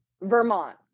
vermont